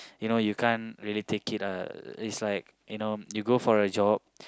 you know you can't really take it lah it's like you know you go for a job